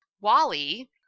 Wally